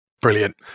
brilliant